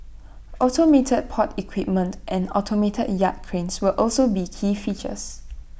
automated port equipment and automated yard cranes will also be key features